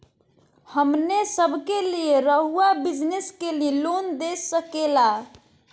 हमने सब के लिए रहुआ बिजनेस के लिए लोन दे सके ला?